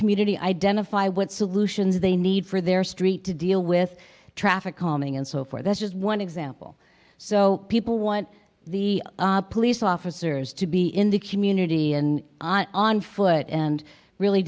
community identify what solutions they need for their street to deal with traffic calming and so far that's just one example so people want the police officers to be in the community and on foot and really